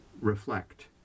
reflect